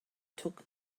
took